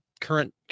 current